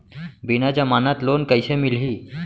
बिना जमानत लोन कइसे मिलही?